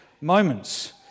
moments